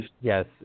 yes